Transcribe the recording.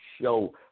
show